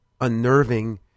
unnerving